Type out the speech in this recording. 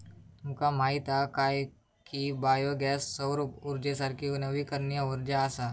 तुमका माहीत हा काय की बायो गॅस सौर उर्जेसारखी नवीकरणीय उर्जा असा?